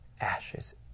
ashes